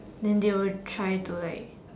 then they will try to like